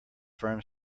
firm